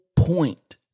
point